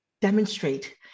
demonstrate